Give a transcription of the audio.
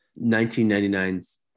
1999's